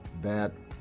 that